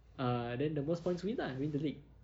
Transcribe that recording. err then the most points win lah win the league